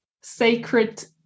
sacred